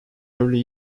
early